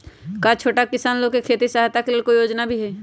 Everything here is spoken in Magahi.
का छोटा किसान लोग के खेती सहायता के लेंल कोई योजना भी हई?